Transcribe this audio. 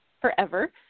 forever